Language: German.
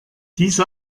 diese